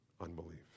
unbelief